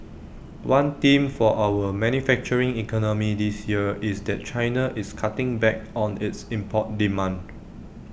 one theme for our manufacturing economy this year is that China is cutting back on its import demand